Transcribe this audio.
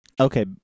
Okay